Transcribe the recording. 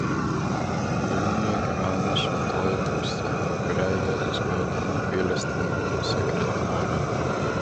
vilniuje gyveno šventoji faustina kurią jėzus pavadino gailestingumo sekretore